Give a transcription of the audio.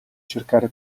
cercare